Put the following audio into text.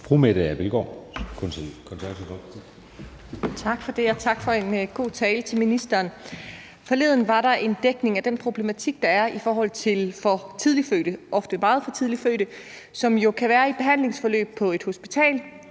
Mette Abildgaard (KF): Tak for det, og tak til ministeren for en god tale. Forleden var der en dækning af den problematik, der er i forhold til for tidligt fødte børn, ofte meget for tidligt fødte, som jo kan være i et behandlingsforløb på et hospital.